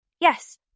Yes